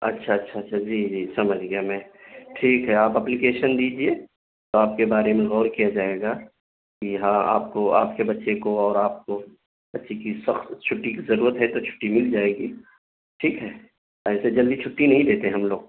اچھا اچھا اچھا جی جی سمجھ گیا میں ٹھیک ہے آپ اپلیکیشن دیجیے آپ کے بارے میں غور کیا جائے گا کہ ہاں آپ کو آپ کے بچے کو اور آپ کو بچے کی سخت چھٹی کی ضرورت ہے تو چھٹی مل جائے گی ٹھیک ہے ایسے جلدی چھٹی نہیں دیتے ہم لوگ